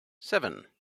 seven